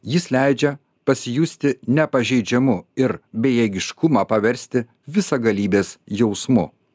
jis leidžia pasijusti nepažeidžiamu ir bejėgiškumą paversti visagalybės jausmu